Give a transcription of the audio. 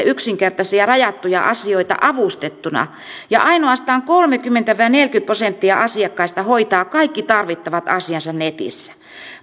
yksinkertaisia rajattuja asioita avustettuna ja ainoastaan kolmekymmentä viiva neljäkymmentä prosenttia asiakkaista hoitaa kaikki tarvittavat asiansa netissä